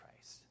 Christ